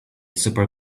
super